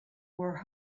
were